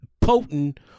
potent